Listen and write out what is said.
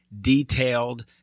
detailed